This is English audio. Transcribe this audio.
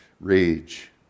Rage